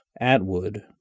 Atwood